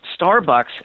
Starbucks